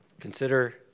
Consider